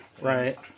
Right